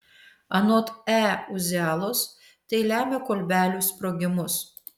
anot e uzialos tai lemia kolbelių sprogimus